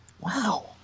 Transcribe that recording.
wow